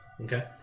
Okay